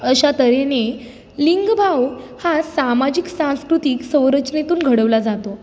अशा तऱ्हेने लिंग भाव हा सामाजिक सांस्कृतिक संरचनेतून घडवला जातो